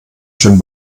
schön